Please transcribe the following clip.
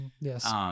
Yes